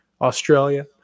Australia